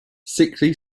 sickly